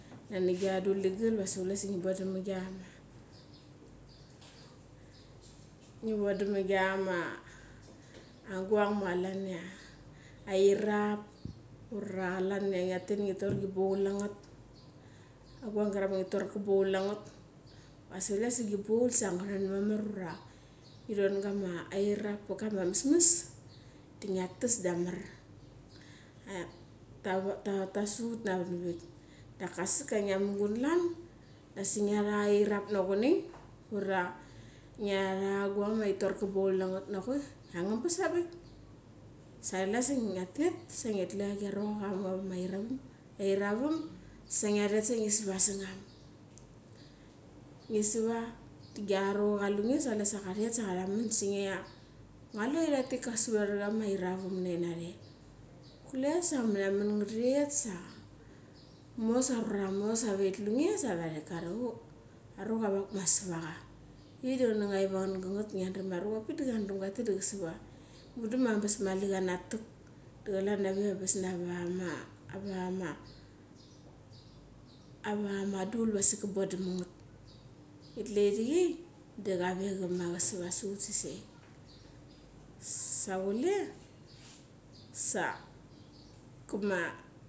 Nani gia nga dul igal diwa asik kule di ngi wondam pa gia guang irong klan kama airap, ura ngia tet di ngi tor gi baul na ngat. Aguang krang ma ngi tor gi baul na ngat diwa asik kule di gi baul diwa asik ngaran mamar. Ura ngi rom kama airap paka ma amesmess di ngia thes da amer. Ta su ut navanni vik. Daka asik ia ngia mugun klan, da asik ngiat anga irap na chonei, ura ngiat anga guang ma tji thor cha baul nangat nachoi? Angabas avik, sa chule sa ngia tet sa ngi tlu ia giarocha ka mu ara ma iravam, sa ngia tet sa ngi svar sangam. Ngi swa di giaruacha cha lunge sa chule sa cha ret sa ka ramen sa nge. Ngua lu ia irak tik ka swa ra kama iravam nai nare. Kule sa ama ramen ngeret sa mo sa arura thamo sa thawe ti the nge sa ti kuar ia, arucha avak ma swacha, irik da ngani ngaip angan gangat ngia daram ia arucha avak pik da drama ka tet ka swa. Mundu ma angabas mali kana tak. Diwa klan awik ia angabas nava ma dul diwa asik ka bondam ma ngam. Ngi tulu irechei da kave ka sva sa ut sesei, sa chule sa kama.